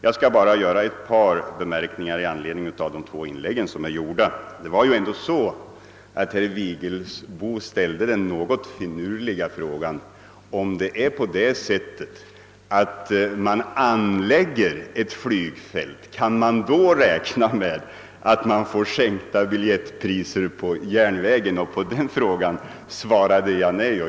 Nu skall jag bara göra ett par bemärkningar med anledning av de två inlägg som här gjorts. Herr Vigelsbo ställde den något finurliga frågan: Om man anlägger ett flygfält, kan man då räkna med sänkta biljettpriser på järnvägen? På den frågan svarade jag nej.